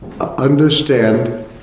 understand